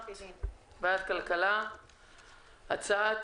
אני מתכבדת לפתוח את ישיבת ועדת הכלכלה בנושא הצעת